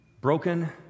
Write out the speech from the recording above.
broken